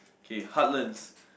okay heartlands